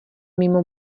mimo